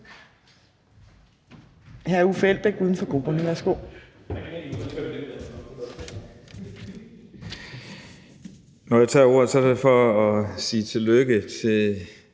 hr. Uffe Elbæk, uden for grupperne. Værsgo.